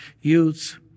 youths